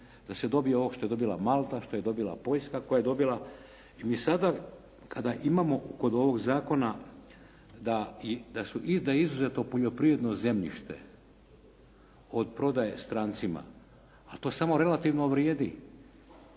da se dobije ovo što je dobila Malta, što je dobila Poljska koja je dobila i mi sada kada imamo kod ovog zakona da i, da je izuzeto poljoprivredno zemljište od prodaje strancima a to samo relativno vrijedi.